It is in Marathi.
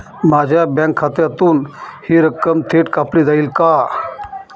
माझ्या बँक खात्यातून हि रक्कम थेट कापली जाईल का?